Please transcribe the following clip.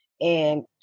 and-